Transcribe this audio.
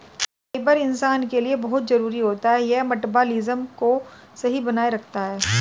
fibre इंसान के लिए बहुत जरूरी होता है यह मटबॉलिज़्म को भी सही बनाए रखता है